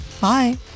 Bye